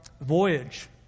voyage